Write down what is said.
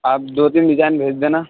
آپ دو تین ڈیزائن بھیج دینا